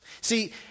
See